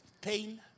pain